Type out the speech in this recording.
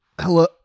Hello